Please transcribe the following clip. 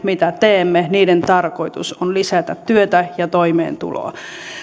mitä teemme tarkoitus on lisätä työtä ja toimeentuloa